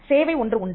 சேவை ஒன்று உண்டு